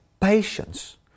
patience